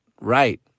right